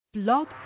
Blog